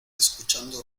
escuchando